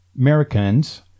Americans